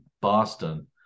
Boston